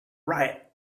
riot